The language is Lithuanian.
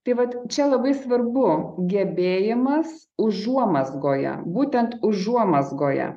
tai vat čia labai svarbu gebėjimas užuomazgoje būtent užuomazgoje